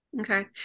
Okay